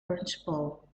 principle